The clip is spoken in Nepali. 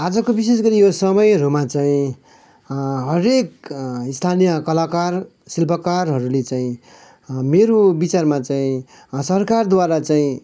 आजको विशेष गरी यो समयहरूमा चाहिँ हरेक स्थानीय कलाकार शिल्पकारहरूले चाहिँ मेरो विचारमा चाहिँ सरकारद्वारा चाहिँ